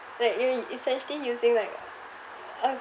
that you essentially using like of